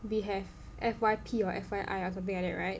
we have F_Y_P or F_Y_I or something like that right